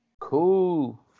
Cool